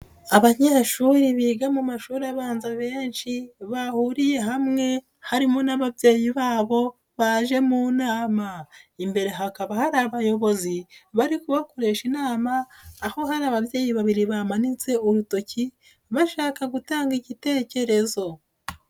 Abanyeshuri biga mu mashuri abanza benshi, bahuriye hamwe harimo n'ababyeyi babo baje mu nama. Imbere hakaba hari abayobozi bari kubakoresha inama, aho hari ababyeyi babiri bamanitse urutoki, bashaka gutanga igitekerezo.